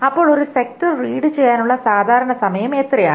ഇപ്പോൾ ഒരു sector read ചെയ്യാനുള്ള സാധാരണ സമയം എത്രയാണ്